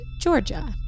Georgia